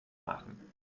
machen